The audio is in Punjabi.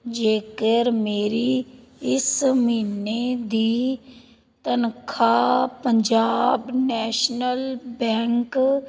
ਜੇਕਰ ਮੇਰੀ ਇਸ ਮਹੀਨੇ ਦੀ ਤਨਖਾਹ ਪੰਜਾਬ ਨੈਸ਼ਨਲ ਬੈਂਕ